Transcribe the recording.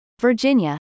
Virginia